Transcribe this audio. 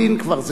זאת לא פריפריה.